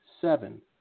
seven